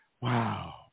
Wow